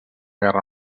guerra